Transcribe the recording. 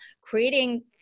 creating